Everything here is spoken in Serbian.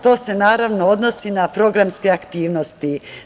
To se naravno odnosi na programske aktivnosti.